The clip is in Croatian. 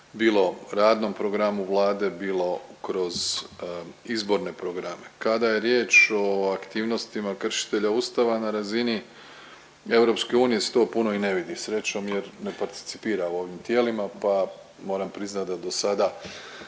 bilo radnom programu Vlade, bilo kroz izborne programe. Kad je riječ o aktivnosti kršitelja Ustava, na razini EU se to puno i ne vidi, srećom jer ne participira u ovim tijelima pa moram priznat da do sada